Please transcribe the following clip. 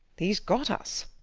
he's got us.